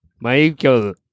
Michael